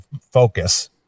focus